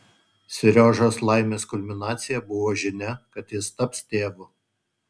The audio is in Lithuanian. seriožos laimės kulminacija buvo žinia kad jis taps tėvu